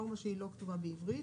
נורמה שלא כתובה בעברית.